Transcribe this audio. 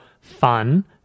fun